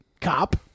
cop